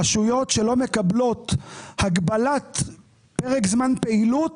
רשויות שלא מקבלות הגבלת פרק זמן פעילות